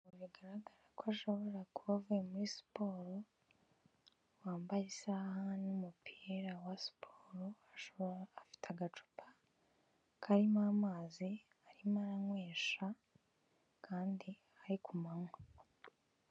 Ntabwo bigaragara ko ashobora kuba avuye muri siporo, wambaye isaha n'umupira wa siporo afite agacupa, karimo amazi arimo aranywesha kandi ari ku manywa.